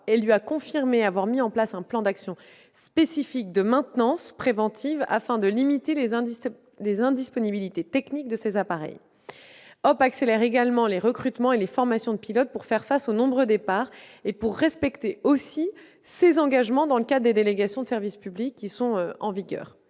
et lui a confirmé avoir mis en place un plan d'actions spécifique de maintenance préventive afin de limiter les indisponibilités techniques de ses appareils. Hop ! accélère également les recrutements et les formations de pilotes pour faire face aux nombreux départs et respecter ses engagements dans le cadre des délégations de service public en vigueur.